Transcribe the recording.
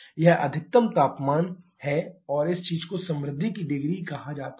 यह आपका अधिकतम तापमान है और इस चीज को समृद्धि की डिग्री कहा जा सकता है